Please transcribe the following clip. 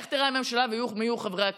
איך תיראה הממשלה ומי יהיו חברי הכנסת.